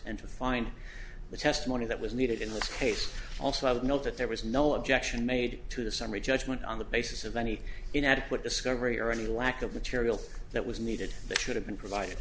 and to find the testimony that was needed in this case also i would note that there was no objection made to the summary judgment on the basis of any inadequate discovery or any lack of material that was needed that should have been provided